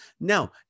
Now